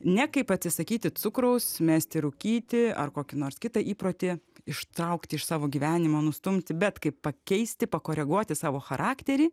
ne kaip atsisakyti cukraus mesti rūkyti ar kokį nors kitą įprotį ištraukti iš savo gyvenimo nustumti bet kaip pakeisti pakoreguoti savo charakterį